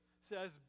says